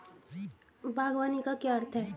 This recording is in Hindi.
बागवानी का क्या अर्थ है?